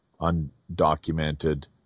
undocumented